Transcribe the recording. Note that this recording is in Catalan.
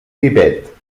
tibet